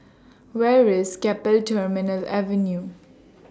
Where IS Keppel Terminal Avenue